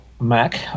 Mac